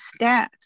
stats